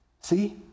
See